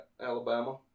Alabama